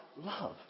love